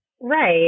Right